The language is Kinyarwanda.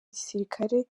gisirikare